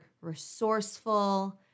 resourceful